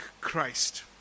christ